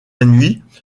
nuit